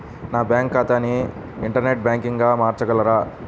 నా బ్యాంక్ ఖాతాని ఇంటర్నెట్ బ్యాంకింగ్గా మార్చగలరా?